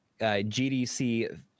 GDC